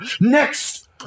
next